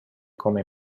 come